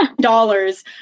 dollars